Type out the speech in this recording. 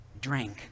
drink